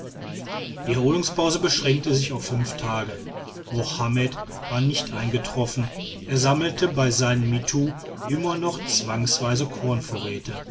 die erholungspause beschränkte sich auf fünf tage mohammed war nicht eingetroffen er sammelte bei seinen mittu immer noch zwangsweise